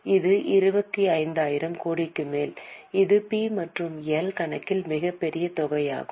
இது 25000 கோடிக்கு மேல் இது பி மற்றும் எல் கணக்கில் மிகப்பெரிய தொகையாகும்